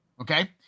Okay